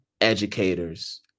educators